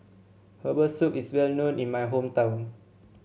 Herbal Soup is well known in my hometown